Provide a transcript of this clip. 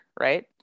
right